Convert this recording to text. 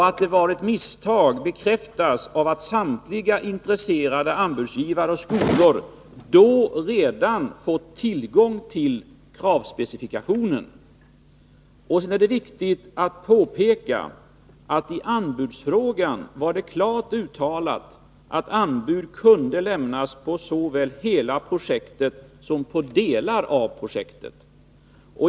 Att det var ett misstag bekräftas av att samliga intresserade anbudsgivare och skolor då redan fått tillgång till kravspecifikationen. Vidare är det viktigt att påpeka att i anbudsfrågan var det klart uttalat att anbud kunde lämnas på såväl hela projektet som på delar av det.